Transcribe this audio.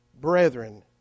...Brethren